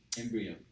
Embryo